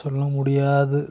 சொல்ல முடியாது